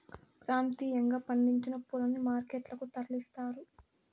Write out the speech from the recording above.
ప్రాంతీయంగా పండించిన పూలని మార్కెట్ లకు తరలిస్తారు